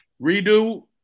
Redo